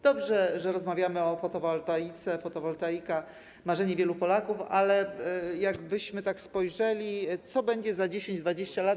Dobrze, że rozmawiamy o fotowoltaice, fotowoltaika to marzenie wielu Polaków, ale jakbyśmy tak spojrzeli, co będzie 10, 20 lat?